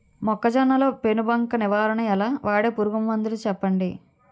మొక్కజొన్న లో పెను బంక నివారణ ఎలా? వాడే పురుగు మందులు చెప్పండి?